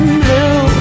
blue